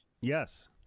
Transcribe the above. Yes